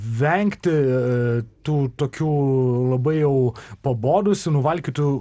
vengti tų tokių labai jau pabodusių nuvalkiotų